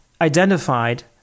identified